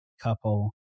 couple